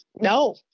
no